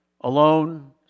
alone